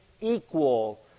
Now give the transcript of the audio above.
equal